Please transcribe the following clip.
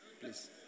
Please